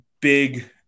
big